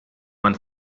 man